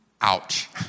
Ouch